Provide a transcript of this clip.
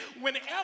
whenever